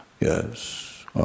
yes